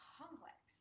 complex